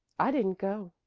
i didn't go,